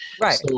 Right